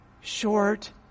short